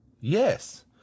Yes